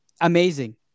Amazing